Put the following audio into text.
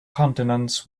continents